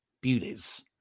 beauties